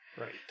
right